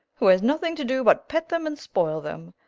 who has nothing to do but pet them and spoil them,